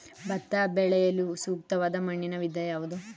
ಭತ್ತ ಬೆಳೆಯಲು ಸೂಕ್ತವಾದ ಮಣ್ಣಿನ ವಿಧ ಯಾವುದು?